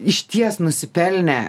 išties nusipelnę